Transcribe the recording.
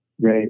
Right